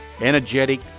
energetic